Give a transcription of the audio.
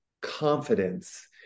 confidence